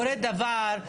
מאחורי הדבר,